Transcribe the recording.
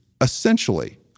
Essentially